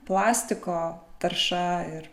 plastiko tarša ir